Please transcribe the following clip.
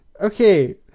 Okay